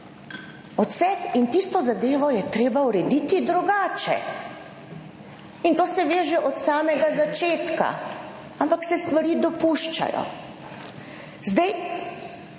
odsek in tisto zadevo je treba urediti drugače. In to se ve že od samega začetka, ampak se stvari dopuščajo.